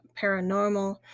paranormal